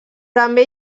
també